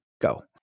go